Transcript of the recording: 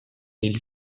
hil